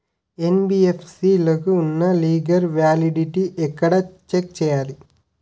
NBFC లకు ఉన్నా legal validity ఎక్కడ చెక్ చేయాలి?